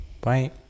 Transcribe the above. Bye